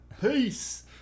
Peace